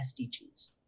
SDGs